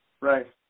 Right